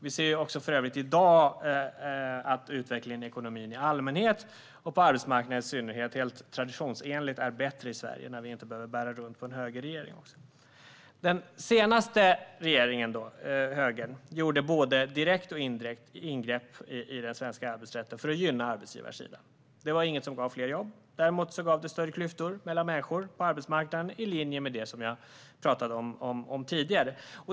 Vi ser för övrigt även i dag att utvecklingen i ekonomin i allmänhet, och på arbetsmarknaden i synnerhet, helt traditionsenligt är bättre i Sverige när vi inte behöver bära runt på en högerregering. Den senaste högerregeringen gjorde både direkta och indirekta ingrepp i den svenska arbetsrätten för att gynna arbetsgivarsidan. Detta var ingenting som gav fler jobb - däremot gav det större klyftor mellan människor på arbetsmarknaden, i linje med det som jag talade om tidigare.